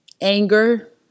anger